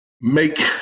make